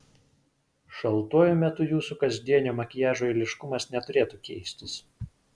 šaltuoju metu jūsų kasdienio makiažo eiliškumas neturėtų keistis